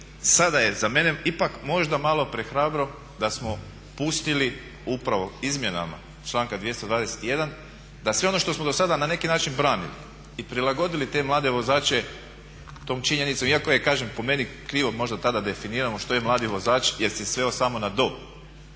sada je za mene ipak možda malo prehrabro da smo pustili upravo izmjenama članka 221. da sve ono što smo do sada na neki način branili i prilagodili te mlade vozače tom činjenicom, iako je kažem po meni krivo možda tada definirano što je mladi vozač jer se sveo samo na dob